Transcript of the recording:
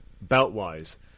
belt-wise